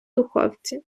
духовці